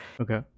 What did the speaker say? Okay